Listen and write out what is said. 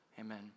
Amen